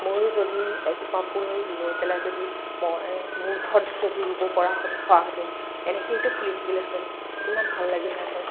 মইও যদি এজোপা ফুল লৈ পেলাই যদি মই মোৰ ঘৰত যদি ৰুব পৰা হোৱাহেঁতেন এনেকেইতো ফুলি থাকিলেহেঁতেন কিমান ভাল লাগিলহেঁতেন